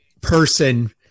person